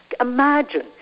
Imagine